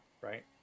right